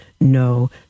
no